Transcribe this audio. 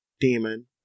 demon